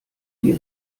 die